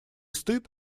стыд